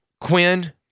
Quinn